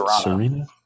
Serena